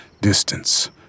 distance